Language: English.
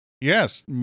Yes